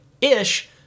Ish